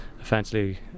offensively